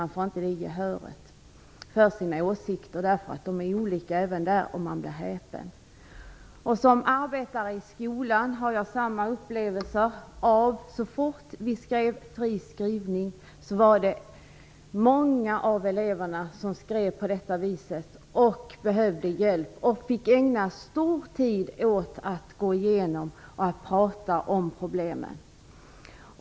Man får inte det gehöret för sina åsikter, eftersom de även där är olika, och man blir häpen. Som arbetare i skolan har jag samma upplevelser. Så fort det var fri skrivning var det många av eleverna som skrev på detta vis och behövde hjälp. Vi fick ägna stor tid åt att gå igenom och att prata om problemen.